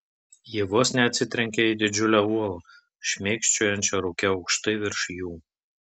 jie vos neatsitrenkė į didžiulę uolą šmėkščiojančią rūke aukštai virš jų